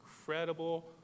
incredible